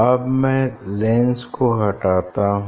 अब मैं लेंस को हटाता हूँ